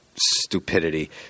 stupidity